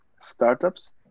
startups